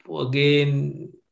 Again